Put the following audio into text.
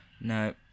no